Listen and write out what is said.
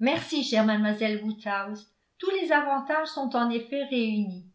merci chère mademoiselle woodhouse tous les avantages sont en effet réunis